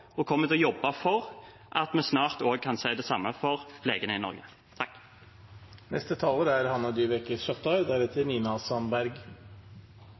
og kommer til å jobbe for – at vi snart også kan si det samme for legene i Norge.